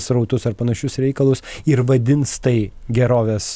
srautus ar panašius reikalus ir vadins tai gerovės